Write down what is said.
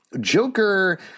Joker